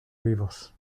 vivos